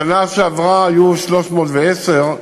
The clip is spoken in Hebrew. בשנה שעברה היו 310,